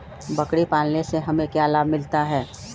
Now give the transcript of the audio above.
बकरी पालने से हमें क्या लाभ मिलता है?